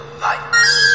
lights